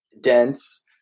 dense